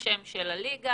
האם השם של הליגה?